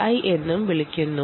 I എന്നും വിളിക്കുന്നു